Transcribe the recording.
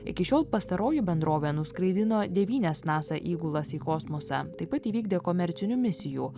iki šiol pastaroji bendrovė nuskraidino devynias nasa įgulas į kosmosą taip pat įvykdė komercinių misijų